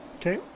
Okay